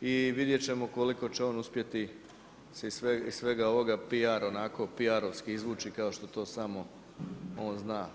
i vidjeti ćemo koliko će on uspjeti se iz svega ovoga onako PR-ovsi izvući kao što to samo on zna.